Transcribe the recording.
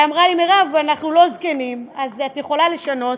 ואמרה לי: מירב, אנחנו לא זקנים, את יכולה לשנות?